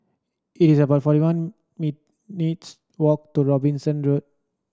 it's about forty one meets walk to Robinson Road